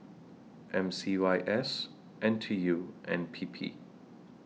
M C Y S N T U and P P